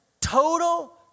total